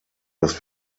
dass